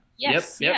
Yes